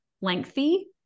lengthy